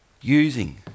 using